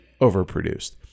overproduced